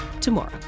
tomorrow